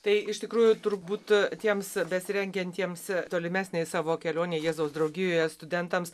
tai iš tikrųjų turbūt tiems besirengiantiems tolimesnei savo kelionei jėzaus draugijoje studentams